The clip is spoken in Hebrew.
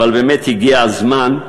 אבל באמת הגיע הזמן,